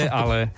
ale